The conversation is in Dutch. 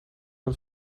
een